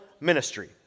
ministry